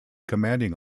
commanding